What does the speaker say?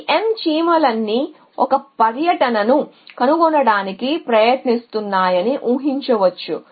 కాబట్టి ఈ M చీమలన్నీ ఒక పర్యటనను కనుగొనటానికి ప్రయత్నిస్తున్నాయని మీరు ఊఁ హించవచ్చు